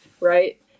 Right